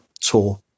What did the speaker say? tour